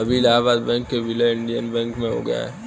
अभी इलाहाबाद बैंक का विलय इंडियन बैंक में हो गया है